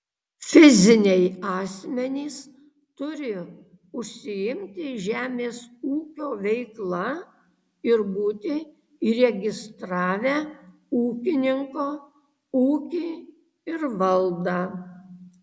fiziniai asmenys turi užsiimti žemės ūkio veikla ir būti įregistravę ūkininko ūkį ir valdą